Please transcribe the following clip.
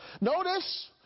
Notice